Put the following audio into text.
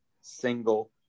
single